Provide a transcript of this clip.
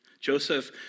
Joseph